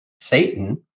Satan